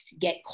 get